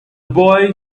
boy